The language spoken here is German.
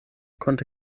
konnte